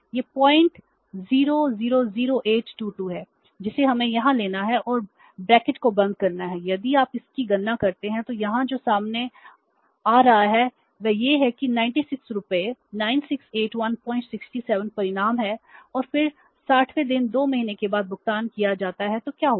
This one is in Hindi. यह 0000822 है जिसे हमें यहां लेना है और ब्रैकेट को बंद करना है यदि आप इसकी गणना करते हैं तो यहां जो सामने आ रहा है वह यह है कि 96 रुपये 968167 परिणाम है और फिर 60 वें दिन 2 महीने के बाद भुगतान किया जाता है तो क्या होगा